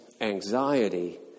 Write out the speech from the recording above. anxiety